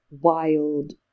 wild